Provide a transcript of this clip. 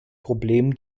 problem